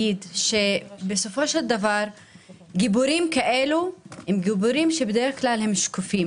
בסופו של דבר גיבורים כאלה הם גיבורים שקופים.